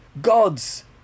God's